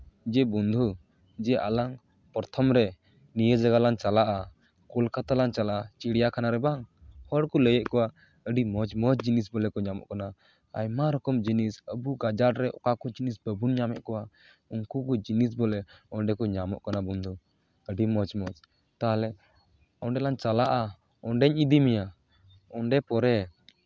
ᱡᱮ ᱵᱚᱱᱫᱷᱩ ᱡᱮ ᱟᱞᱟᱝ ᱯᱨᱚᱛᱷᱚᱢ ᱨᱮ ᱱᱤᱭᱟᱹ ᱡᱟᱭᱜᱟ ᱞᱟᱝ ᱪᱟᱞᱟᱜᱼᱟ ᱠᱳᱞᱠᱟᱛᱟ ᱞᱟᱝ ᱪᱟᱞᱟᱜᱼᱟ ᱪᱤᱲᱤᱭᱟᱠᱷᱟᱱᱟ ᱨᱮ ᱵᱟᱝ ᱦᱚᱲ ᱠᱚ ᱞᱟᱹᱭᱮᱫ ᱠᱚᱣᱟ ᱟᱹᱰᱤ ᱢᱚᱡᱽ ᱢᱚᱡᱽ ᱡᱤᱱᱤᱥ ᱵᱚᱞᱮ ᱠᱚ ᱧᱟᱢᱚᱜ ᱠᱟᱱᱟ ᱟᱭᱢᱟ ᱨᱚᱠᱚᱢ ᱡᱤᱱᱤᱥ ᱟᱵᱚ ᱜᱟᱡᱟᱲ ᱨᱮ ᱚᱠᱟ ᱠᱚ ᱡᱤᱱᱤᱥ ᱵᱟᱵᱚᱱ ᱧᱟᱢᱮᱫ ᱠᱚᱣᱟ ᱩᱱᱠᱩ ᱠᱚ ᱡᱤᱱᱤᱥ ᱵᱚᱞᱮ ᱚᱸᱰᱮ ᱠᱚ ᱧᱟᱢᱚᱜ ᱠᱟᱱᱟ ᱵᱚᱱᱫᱷᱩ ᱟᱹᱰᱤ ᱢᱚᱡᱽ ᱢᱚᱡᱽ ᱛᱟᱦᱞᱮ ᱚᱸᱰᱮ ᱞᱟᱝ ᱪᱟᱞᱟᱜᱼᱟ ᱚᱸᱰᱮᱧ ᱤᱫᱤ ᱢᱮᱭᱟ ᱚᱸᱰᱮ ᱯᱚᱨᱮ